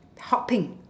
hot pink